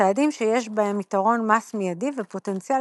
צעדים שיש בהם יתרון מס מידי ופוטנציאל